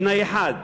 בתנאי אחד: